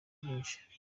byinshi